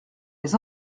mes